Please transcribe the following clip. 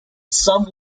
some